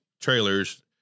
trailers